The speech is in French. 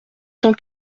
cent